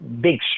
big